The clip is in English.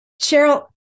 Cheryl